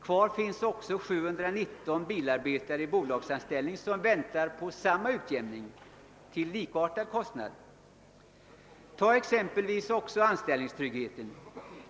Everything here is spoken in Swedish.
Det kvarstår 719 bilarbetare i bolagsanställning, vilka väntar på samma utjämning till motsvarande kostnad. Skillnaderna gäller t.ex. anställningstryggheten.